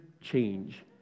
change